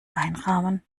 einrahmen